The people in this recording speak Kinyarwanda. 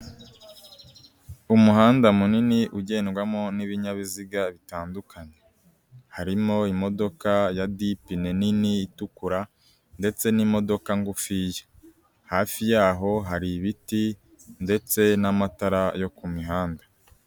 Umuhanda munini ugendwamo n'ibinyabiziga bitandukanye. Harimo imodoka ya dipine nini itukura ndetse n'imodoka ngufiya. Hafi yaho hari ibiti ndetse n'amatara yo ku mihanda.